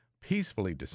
peacefully